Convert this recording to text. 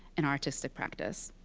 and artistic practice.